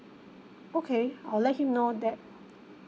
okay I'll let him know that